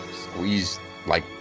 squeeze-like